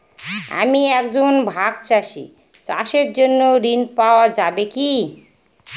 আমি একজন ভাগ চাষি চাষের জন্য ঋণ পাওয়া যাবে কি?